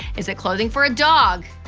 is it clothing for a dog?